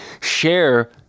share